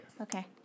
Okay